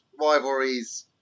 rivalries